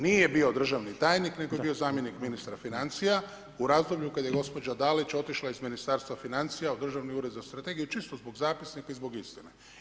Nije bio državni tajnik, nego je bio zamjenik ministra financija, u razdoblju, kad je gospođa Dalić otišla iz Ministarstva financija u državni ured za strategije, čisto zbog zapisnika i zbog istine.